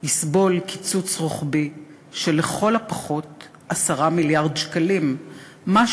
יסבול קיצוץ רוחבי של 10 מיליארד שקלים לכל הפחות.